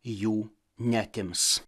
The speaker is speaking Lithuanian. jų neatims